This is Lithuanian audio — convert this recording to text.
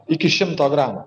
iki šimto gramų